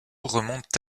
remontent